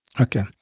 Okay